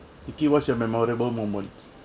okay what's your memorable moment